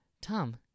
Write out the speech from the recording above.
Tom